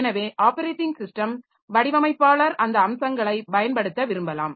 எனவே operating system வடிவமைப்பாளர் அந்த அம்சங்களைப் பயன்படுத்த விரும்பலாம்